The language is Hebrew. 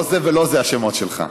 לא זה ולא זה השם שלך,